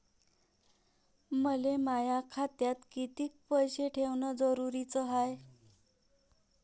मले माया खात्यात कितीक पैसे ठेवण जरुरीच हाय?